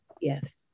Yes